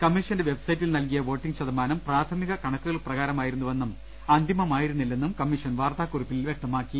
കമ്മീഷന്റെ വെബ്സൈറ്റിൽ നൽകിയ വോട്ടിംഗ് ശതമാനം പ്രാഥമിക കൃണക്കുകൾ പ്രകാ രമായിരുന്നുവന്നും അന്തിമമായിരുന്നില്ലെന്നും കമ്മീഷൻ വാർത്താ കുറിപ്പിൽ വ്യക്തമാക്കി